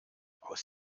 aus